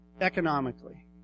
economically